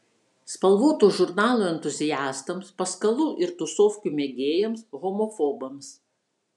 spalvotų žurnalų entuziastams paskalų ir tusovkių mėgėjams homofobams